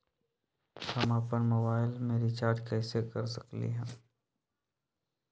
हम अपन मोबाइल में रिचार्ज कैसे कर सकली ह?